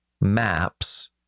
maps